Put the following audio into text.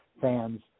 fans